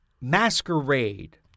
masquerade